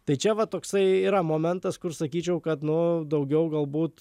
tai čia va toksai yra momentas kur sakyčiau kad nu daugiau galbūt